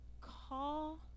call